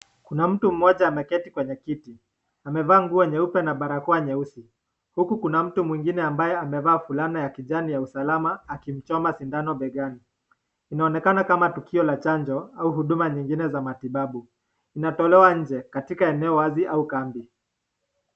Kuna mtu mmoja ameketi kwenye kiti, amevaa nguo nyeupe na barakoa nyeusi, huku kuna mtu mwingine ambaye amevaa fulana ya kijani ya usalama akimchoma sindano begani inaonekana kama tukio la chanjo huduma nyingine ya matibabu, inatolewa nje katika eneo wazi au kambi.